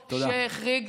שהחריג,